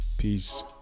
Peace